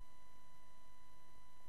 תודה.